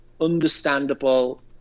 understandable